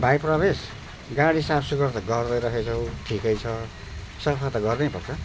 भाइ प्रवेश गाडी साफसुघर त गर्दा रहेछौँ ठिकै छ सफा त गर्नै पर्छ